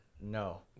No